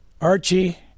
Archie